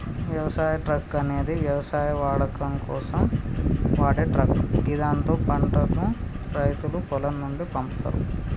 వ్యవసాయ ట్రక్ అనేది వ్యవసాయ వాడకం కోసం వాడే ట్రక్ గిదాంతో పంటను రైతులు పొలం నుండి పంపుతరు